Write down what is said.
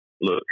look